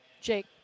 Jake